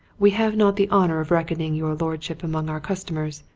we have not the honour of reckoning your lordship among our customers.